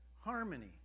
Harmony